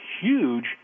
huge